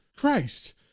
Christ